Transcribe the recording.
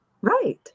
Right